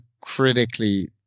critically